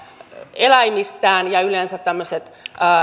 eläimistään ja yleensä tämmöiset